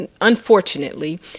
unfortunately